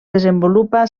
desenvolupa